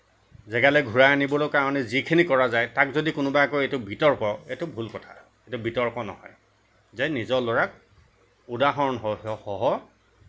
জেগালে ঘূৰাই আনিবলৈ কাৰণে যিখিনি কৰা যায় তাক যদি কোনোবাই কয় এইটো বিতৰ্ক এইটো ভুল কথা এইটো বিতৰ্ক নহয় যে নিজৰ ল'ৰাক উদাহৰণসহ